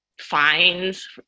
fines